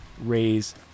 raise